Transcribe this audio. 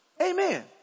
Amen